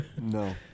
no